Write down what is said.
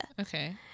Okay